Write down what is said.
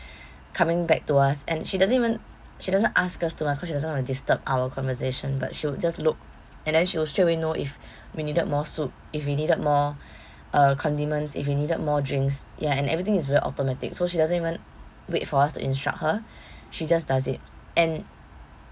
coming back to us and she doesn't even she doesn't ask us too much cause she don't want to disturb our conversation but she would just look and then she will straightaway know if we needed more soup if we needed more uh condiments if we needed more drinks ya and everything is very automatic so she doesn't even wait for us to instruct her she just does it and